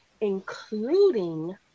including